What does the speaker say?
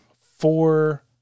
four